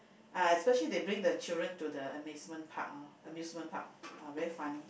ah especially they bring the children to the amazement park loh amusement park !wah! very funny